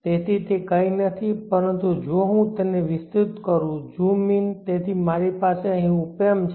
તેથી તે કંઈ નથી પરંતુ જો હું તેને વિસ્તૃત કરું ઝૂમ ઇન તેથી મારી પાસે અહીં ઓપેમ્પ છે